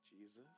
Jesus